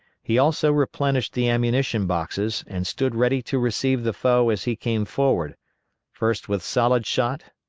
he also replenished the ammunition boxes, and stood ready to receive the foe as he came forward first with solid shot,